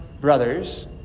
brothers